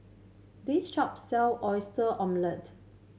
this shop sell Oyster Omelette